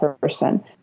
person